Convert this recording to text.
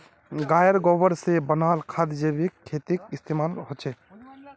गायेर गोबर से बनाल खाद जैविक खेतीत इस्तेमाल होछे